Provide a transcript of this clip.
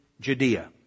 Judea